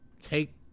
take